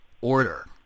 order